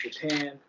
Japan